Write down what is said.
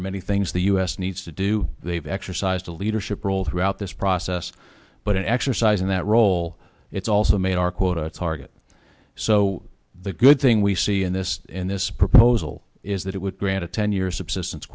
are many things the u s needs to do they've exercised a leadership role throughout this process but an exercise in that role it's also made our quota target so the good thing we see in this in this proposal is that it would grant a ten years of assistance